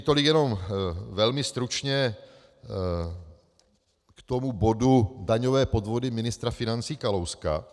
Tolik jenom velmi stručně k tomu bodu daňové podvody ministra financí Kalouska.